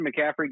McCaffrey